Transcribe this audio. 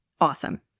Awesome